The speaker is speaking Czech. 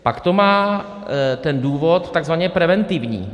Pak to má důvod takzvaně preventivní.